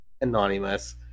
Anonymous